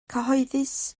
cyhoeddus